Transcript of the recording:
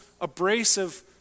abrasive